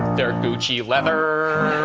they're gucci leather.